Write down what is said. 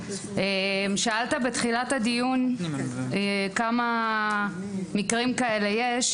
שאלת בתחילת הדיון כמה מקרים כאלה יש.